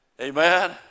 Amen